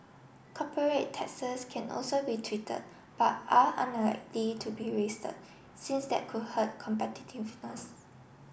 corporate taxes can also be tweeted but are unlikely to be raised since that could hurt competitiveness